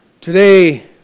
Today